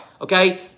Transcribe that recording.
Okay